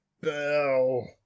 Bell